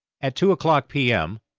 at two o'clock p m.